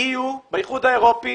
באיחוד האירופי,